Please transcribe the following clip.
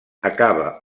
acaba